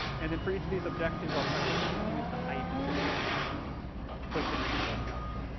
and then for each of these objections, i'll try to defuse the hype and see if i can actually push in some more reality.